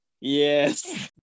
Yes